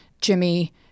Jimmy